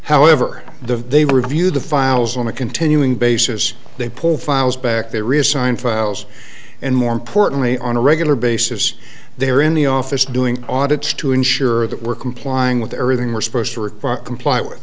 however the they review the files on a continuing basis they pull files back they reassigned files and more importantly on a regular basis they're in the office doing audits to ensure that we're complying with everything we're supposed to require comply with